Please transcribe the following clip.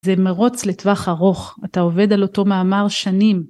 זה מרוץ לטווח ארוך, אתה עובד על אותו מאמר שנים.